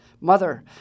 Mother